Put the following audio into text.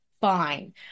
fine